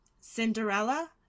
Cinderella